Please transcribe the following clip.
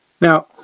Now